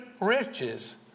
riches